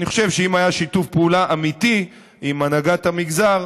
אני חושב שאם היה שיתוף פעולה אמיתי עם הנהגת המגזר,